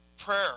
Prayer